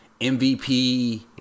MVP